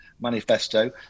manifesto